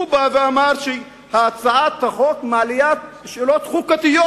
הוא בא ואמר שהצעת החוק מעלה שאלות חוקתיות.